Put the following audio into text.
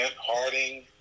Harding